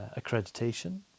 accreditation